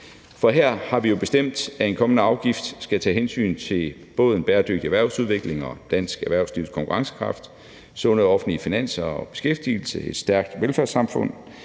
For her har vi jo bestemt, at en kommende afgift skal tage hensyn til både den bæredygtige erhvervsudvikling og dansk erhvervslivs konkurrencekraft, sunde offentlige finanser, beskæftigelse, et stærkt velfærdssamfund,